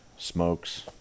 Smokes